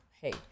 Hey